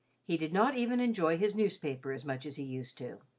he did not even enjoy his newspaper as much as he used to.